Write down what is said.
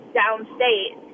downstate